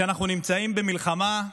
שאנחנו נמצאים במלחמה?